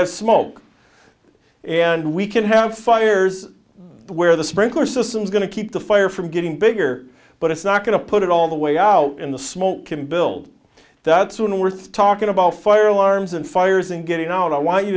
have smoke and we can have fires where the sprinkler system is going to keep the fire from getting bigger but it's not going to put it all the way out in the small can build that's one worth talking about fire alarms and fires and getting out i want you